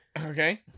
okay